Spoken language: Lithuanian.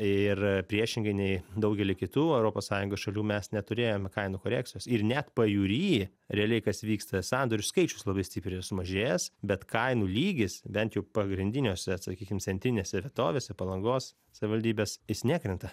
ir priešingai nei daugely kitų europos sąjungos šalių mes neturėjome kainų korekcijos ir net pajūry realiai kas vyksta sandorių skaičius labai stipriai sumažėjęs bet kainų lygis bent jau pagrindiniuose sakykim centrinėse vietovėse palangos savivaldybės jis nekrenta